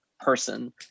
person